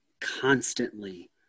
constantly